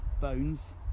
bones